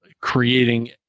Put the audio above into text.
creating